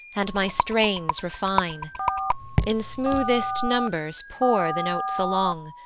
and my strains refine in smoothest numbers pour the notes along,